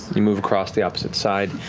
you move across the opposite side,